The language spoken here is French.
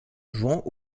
jouant